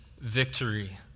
victory